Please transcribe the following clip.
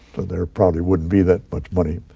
there probably wouldn't be that much money.